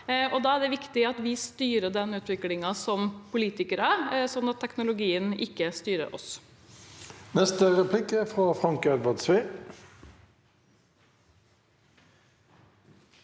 da er det viktig at vi styrer den utviklingen som politikere, og at ikke teknologien styrer oss.